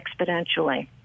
exponentially